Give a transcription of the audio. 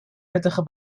nuttige